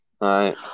right